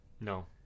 No